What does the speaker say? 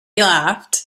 laughed